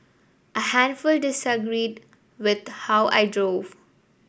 a handful disagreed with how I drove